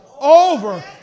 over